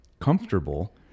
comfortable